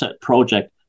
project